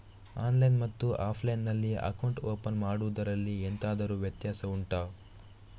online ಮತ್ತು offline ನಲ್ಲಿ account open ಮಾಡುವುದರಲ್ಲಿ ಎಂತಾದರು ವ್ಯತ್ಯಾಸ ಉಂಟಾ